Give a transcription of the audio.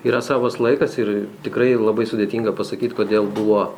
yra savas laikas ir tikrai labai sudėtinga pasakyt kodėl buvo